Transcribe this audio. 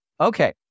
Okay